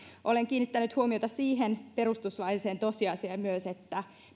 olen kiinnittänyt huomiota myös siihen perustuslailliseen tosiasiaan että